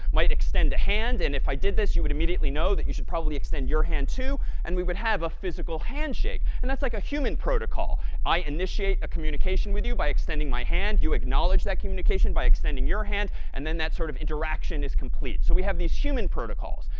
might extend a hand, and if i did this, you would immediately know that you should probably extend your hand too, and we would have a physical handshake. and that's like a human protocol. i initiate a communication with you by extending my hand. you acknowledge that communication by extending your hand. and then that sort of interaction is complete. so we have these human protocols.